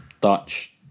Dutch